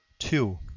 two.